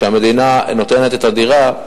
שהמדינה נותנת את הדירה,